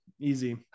easy